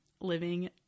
living